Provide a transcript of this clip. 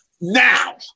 Now